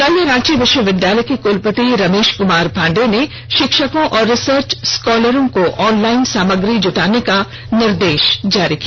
कल रांची विश्वविद्यालय के कुलपति रमेश कुमार पांडेय ने शिक्षकों और रिसर्च स्कॉलरों को ऑनलाइन सामग्री जुटाने का भी निर्देश दिया